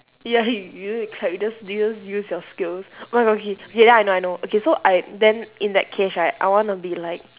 ya he you don't need to clap you just you just use your skills oh my god okay okay then I know I know okay so I then in that case right I wanna be like